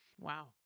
Wow